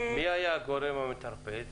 מי היה הגורם המטרפד?